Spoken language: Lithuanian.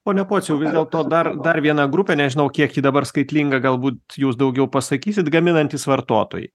pone pociau vis dėlto dar dar viena grupė nežinau kiek ji dabar skaitlinga galbūt jūs daugiau pasakysit gaminantys vartotojai